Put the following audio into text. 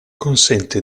consente